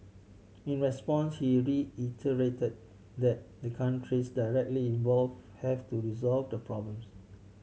in response he reiterated that the countries directly involve have to resolve the problems